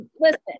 listen